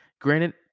Granted